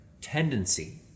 tendency